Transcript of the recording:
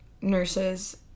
nurses